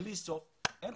ואלה